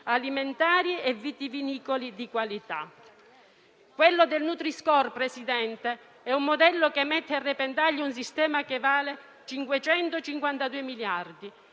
agroalimentari e vitivinicoli di qualità. Quello del Nutri-Score, Presidente, è un modello che mette a repentaglio un sistema che vale 552 miliardi